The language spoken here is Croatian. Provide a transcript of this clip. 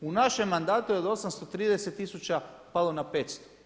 U našem mandatu je od 830 tisuća palo na 500.